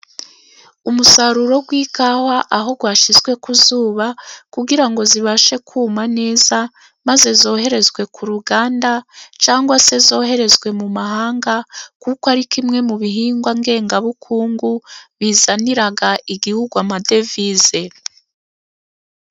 Umusaruro w'ikawa, aho washyizwe ku zuba, kugira ngo zibashe kuma neza, maze zoherezwe ku ruganda, cyangwa se zoherezwe mu mahanga, kuko ari kimwe mu bihingwa ngengabukungu, bizanira igihugu amadevize.